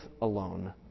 alone